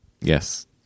Yes